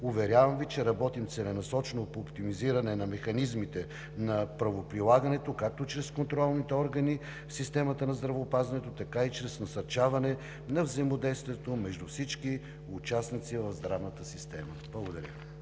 Уверявам Ви, че работим целенасочено по оптимизиране на механизмите на правоприлагането както чрез контролните органи в системата на здравеопазването, така и чрез насърчаване на взаимодействието между всички участници в здравната система. Благодаря